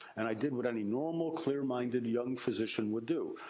and i did what any normal, clear minded young physician would do.